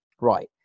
Right